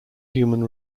human